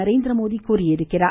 நரேந்திரமோடி தெரிவித்துள்ளார்